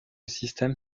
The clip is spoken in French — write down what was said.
système